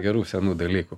gerų senų dalykų